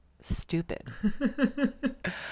stupid